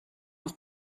nog